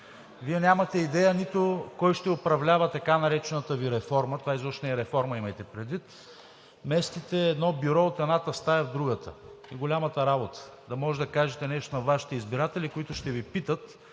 Вие нямате идея кой ще управлява така наречената Ви реформа – това изобщо не е реформа, имайте предвид. Местите едно Бюро от едната стая в другата – голямата работа. Да можете да кажете нещо на Вашите избиратели, които ще Ви питат